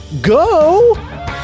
Go